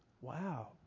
wow